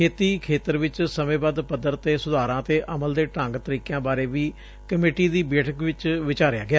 ਖੇਤੀ ਖੇਤਰ ਵਿਚ ਸਮੇਂ ਬੱਧ ਪੱਧਰ ਤੇ ਸੁਧਾਰਾਂ ਅਤੇ ਅਮਲ ਦੇ ਢੰਗ ਤਰੀਕਿਆਂ ਬਾਰੇ ਵੀ ਕਮੇਟੀ ਦੀ ਬੈਠਕ ਵਿਚ ਵਿਚਾਰਿਆ ਗਿਆ